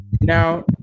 now